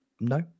No